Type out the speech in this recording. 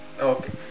Okay